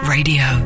Radio